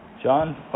John